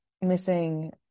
missing